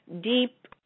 deep